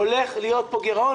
הולך להיות פה גרעון.